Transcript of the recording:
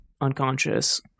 unconscious